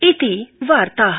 इति वार्ता